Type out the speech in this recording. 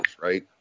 right